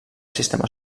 sistema